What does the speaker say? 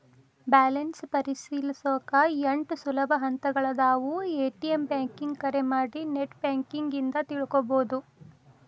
balance ಪರಿಶೇಲಿಸೊಕಾ ಎಂಟ್ ಸುಲಭ ಹಂತಗಳಾದವ ಎ.ಟಿ.ಎಂ ಬ್ಯಾಂಕಿಂಗ್ ಕರೆ ಮಾಡಿ ನೆಟ್ ಬ್ಯಾಂಕಿಂಗ್ ಇಂದ ತಿಳ್ಕೋಬೋದು